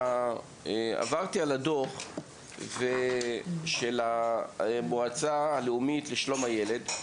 עברתי על הדוח של המועצה הלאומית לשלום הילד,